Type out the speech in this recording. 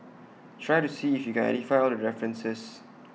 try to see if you can identify all the references